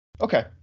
okay